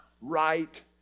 right